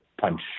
punch